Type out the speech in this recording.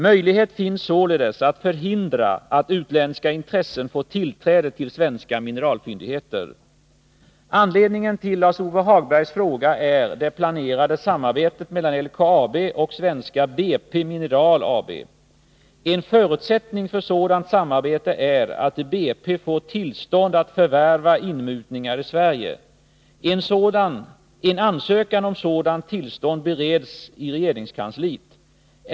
Möjlighet finns således att förhindra att utländska intressen får tillträde till svenska mineralfyndigheter. Anledningen till Lars-Ove Hagbergs fråga är det planerade samarbetet mellan LKAB och Svenska BP Mineral AB. En förutsättning för sådant samarbete är att BP får tillstånd att förvärva inmutningar i Sverige. En ansökan om sådant tillstånd bereds i regeringskansliet.